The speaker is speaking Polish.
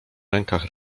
rękach